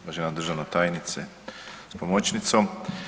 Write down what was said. Uvažena državna tajnice s pomoćnicom.